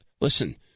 Listen